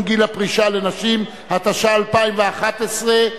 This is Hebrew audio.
מעמד האשה.